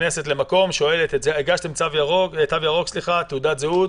נכנסת למקום ושואלת: הגשתם תו ירוק, תעודת זהות?